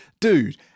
dude